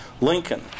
Lincoln